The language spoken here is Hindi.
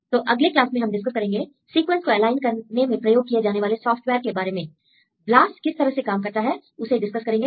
तो अगले क्लास में हम डिस्कस करेंगे सीक्वेंस को एलाइन करने में प्रयोग किए जाने वाले सॉफ्टवेयर के बारे में ब्लास्ट किस तरह से काम करता है उसे डिस्कस करेंगे